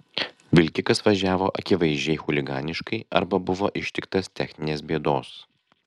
vilkikas važiavo akivaizdžiai chuliganiškai arba buvo ištiktas techninės bėdos